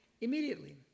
immediately